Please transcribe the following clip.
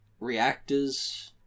reactors